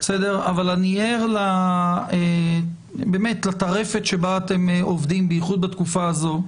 אבל אני ער לטרפת שבה אתם עובדים בייחוד בתקופה הזו,